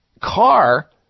car